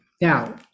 Now